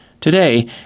Today